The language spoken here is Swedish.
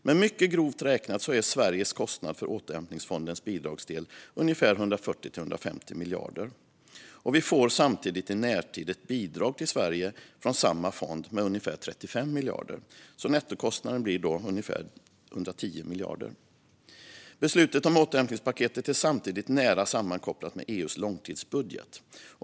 Men mycket grovt räknat är Sveriges kostnad för återhämtningsfondens bidragsdel 140-150 miljarder. Vi får samtidigt i närtid ett bidrag till Sverige från samma fond med ungefär 35 miljarder. Nettokostnaden blir ungefär 110 miljarder. Beslutet om återhämtningspaketet är samtidigt nära sammankopplat med EU:s långtidsbudget.